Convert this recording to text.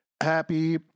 Happy